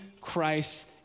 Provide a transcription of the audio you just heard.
Christ